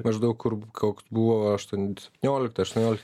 maždaug kur koks buvo aštunt nioliktą aštuonioliktą